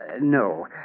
No